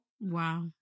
Wow